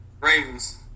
Ravens